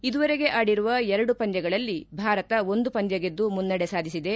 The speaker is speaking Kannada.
ಇದುವರೆಗೆ ಆಡಿರುವ ಎರಡು ಪಂದ್ಯಗಳಲ್ಲಿ ಭಾರತ ಒಂದು ಪಂದ್ಯ ಗೆದ್ದು ಮುನ್ನಡೆ ಸಾಧಿಸಿದೆ